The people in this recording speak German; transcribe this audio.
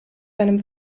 deinem